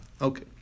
Okay